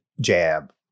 jab